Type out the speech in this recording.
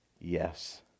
yes